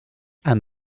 and